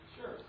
Sure